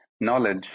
knowledge